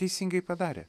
teisingai padarė